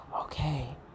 Okay